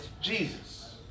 Jesus